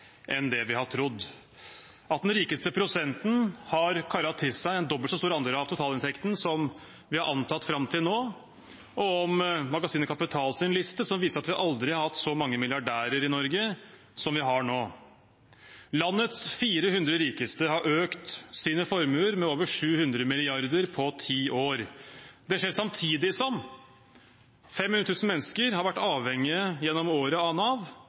enn det vi har trodd – at den rikeste prosenten har karret til seg en dobbelt så stor andel av totalinntekten som vi har antatt fram til nå – og om magasinet Kapitals liste, som viser at vi aldri har hatt så mange milliardærer i Norge som vi har nå. Landets 400 rikeste har økt sine formuer med over 700 mrd. kr på ti år. Det skjer samtidig som 500 000 mennesker har vært avhengig av Nav gjennom året,